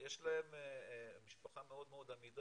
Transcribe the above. יש להם משפחה מאוד מאוד אמידה,